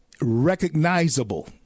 recognizable